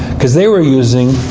because they were using